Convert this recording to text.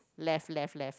left left left